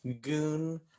Goon